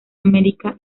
america